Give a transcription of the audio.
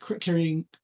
carrying